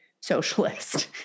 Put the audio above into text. socialist